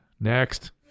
Next